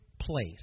place